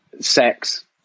sex